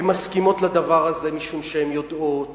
הן מסכימות לדבר הזה משום שהן יודעות